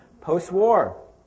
Post-war